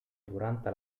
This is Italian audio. durante